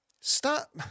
stop